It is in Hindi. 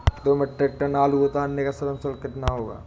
दो मीट्रिक टन आलू उतारने का श्रम शुल्क कितना होगा?